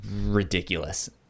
ridiculous